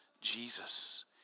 Jesus